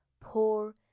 Poor